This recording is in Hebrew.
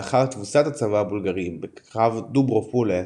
לאחר תבוסת הצבא הבולגרי בקרב דוברו פולה,